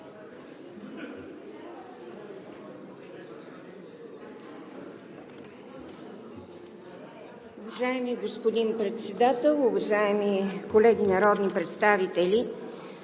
Уважаеми господин Председател, уважаеми колеги народни представители!